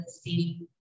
see